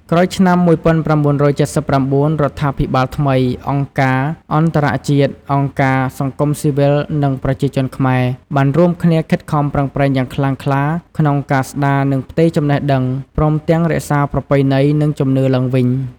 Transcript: ក្រោយឆ្នាំ១៩៧៩ រដ្ឋាភិបាលថ្មី អង្គការអន្តរជាតិ អង្គការសង្គមស៊ីវិលនិងប្រជាជនខ្មែរ បានរួមគ្នាខិតខំប្រឹងប្រែងយ៉ាងខ្លាំងក្លាក្នុងការស្តារ និងផ្ទេរចំណេះដឹង ព្រមទាំងរក្សាប្រពៃណី និងជំនឿឡើងវិញ។